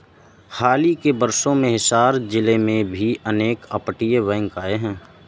हाल ही के वर्षों में हिसार जिले में भी अनेक अपतटीय बैंक आए हैं